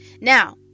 now